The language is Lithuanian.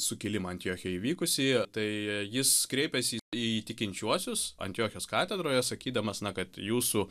sukilimą antiochijoje įvykusį tai jis kreipėsi į tikinčiuosius antiochijos katedroje sakydamas na kad jūsų